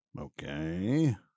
okay